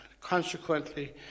Consequently